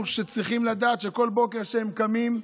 שצריכים לדעת שבכל בוקר כשהם קמים,